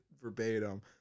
verbatim